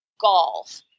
golf